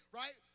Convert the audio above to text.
right